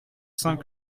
cinq